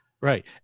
Right